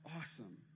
awesome